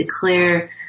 declare